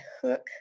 hook